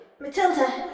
Matilda